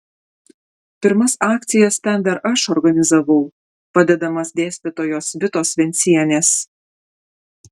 pirmas akcijas ten dar aš organizavau padedamas dėstytojos vitos vencienės